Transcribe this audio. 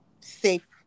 safe